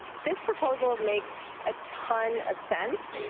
this proposal makes a ton of sense.